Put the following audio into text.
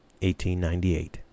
1898